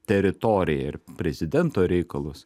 teritoriją ir prezidento reikalus